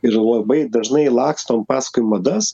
ir labai dažnai lakstom paskui madas